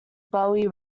bowie